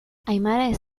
aimara